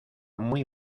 muy